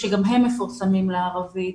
שגם הם מפורסמים בערבית,